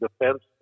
defense